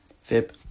Fib